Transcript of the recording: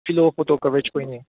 pillow photo ꯀꯕꯔꯦꯁ ꯄꯣꯏꯟꯅꯤ